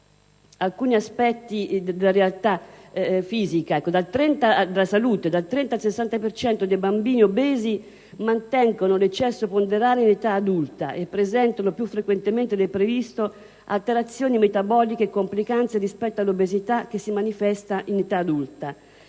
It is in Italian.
alcuni aspetti della realtà della salute: dal 30 al 60 per cento dei bambini obesi mantengono l'eccesso ponderale in età adulta e presentano più frequentemente del previsto alterazioni metaboliche e complicanze rispetto all'obesità che si manifesta in età adulta.